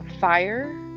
fire